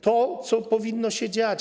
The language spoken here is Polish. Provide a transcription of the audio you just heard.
To powinno się dziać.